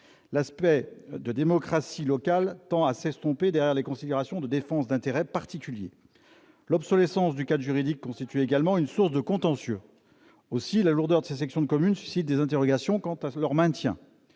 L'aspect de démocratie locale tend à s'estomper derrière des considérations de défense d'intérêts particuliers. L'obsolescence du cadre juridique constitue également une source de contentieux. Aussi la lourdeur de ces sections de commune suscite-t-elle des interrogations quant à leur maintien.